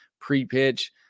pre-pitch